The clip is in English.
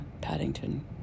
Paddington